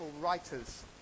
writers